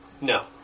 No